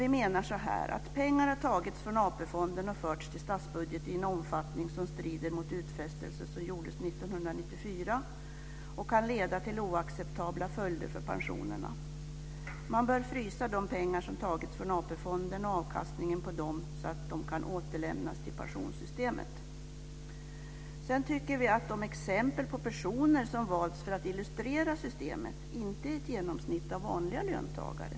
Vi menar att pengar har tagits från AP-fonden och förts till statsbudgeten i en omfattning som strider mot den utfästelse som gjordes 1994, något som kan få oacceptabla följder för pensionerna. Man bör frysa de pengar som har tagits från AP-fonden och avkastningen på dem, så att de medlen kan återlämnas till pensionssystemet. Vi tycker vidare att de personexempel som valts för att illustrera systemet inte motsvarar ett genomsnitt av vanliga löntagare.